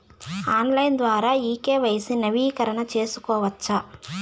Online ద్వారా KYC నవీకరణ సేసుకోవచ్చా?